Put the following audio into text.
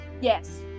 Yes